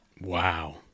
Wow